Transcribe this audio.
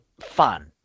fun